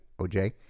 OJ